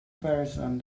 person